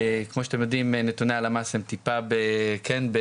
כמו שאתם יודעים נתוני הלמ"ס הם טיפה בדיליי,